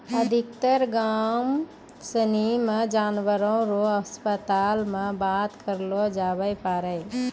अधिकतर गाम सनी मे जानवर रो अस्पताल मे बात करलो जावै पारै